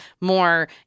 more